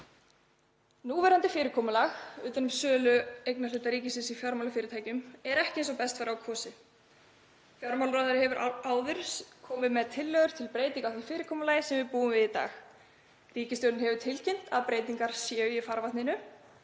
Núverandi fyrirkomulag utan um sölu eignarhluta ríkisins í fjármálafyrirtækjum er ekki eins og best var á kosið. Fjármálaráðherra hefur áður komið með tillögur til breytinga á því fyrirkomulagi sem við búum við í dag. Ríkisstjórnin hefur tilkynnt að breytingar séu í farvatninu: